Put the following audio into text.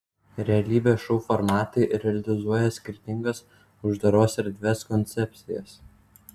realybės šou formatai realizuoja skirtingas uždaros erdvės koncepcijas